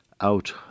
out